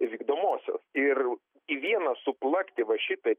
vykdomosios ir į vieną suplakti va šitaip